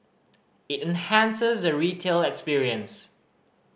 it enhances the retail experience